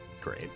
Great